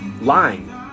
lying